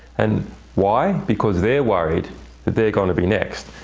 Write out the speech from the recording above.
and why? because they're worried that they're going to be next.